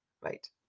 right